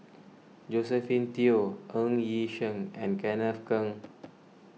Josephine Teo Ng Yi Sheng and Kenneth Keng